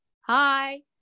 hi